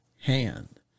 hand